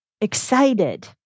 excited